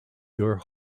your